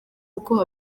uko